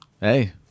Hey